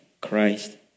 Christ